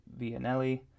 Vianelli